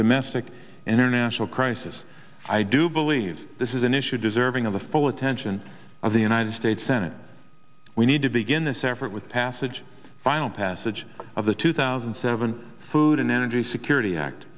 domestic international crisis i do believe this is an issue deserving of the full attention of the united states senate we need to begin this effort with passage final passage of the two thousand and seven and energy security act